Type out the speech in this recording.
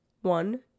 one